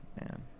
man